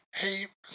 hey